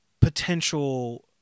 potential